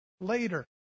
later